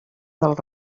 del